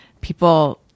people